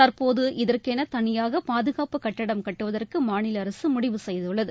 தற்போது இதற்கென தனியாக பாதுகாப்பு கட்டிடம் கட்டுவதற்கு மாநில அரசு முடிவு செய்துள்ளது